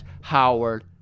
Howard